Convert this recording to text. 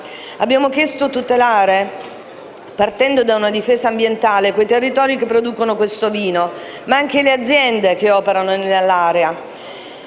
Abbiamo chiesto di tutelare, partendo da una difesa ambientale, quei territori che producono questo vino, ma anche le aziende che operano nell'area.